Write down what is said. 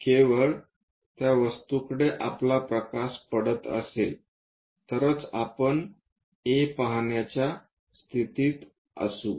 केवळ त्या वस्तूकडे आपला प्रकाश पडत असेल तरच आपण A पाहण्याच्या स्थितीत असू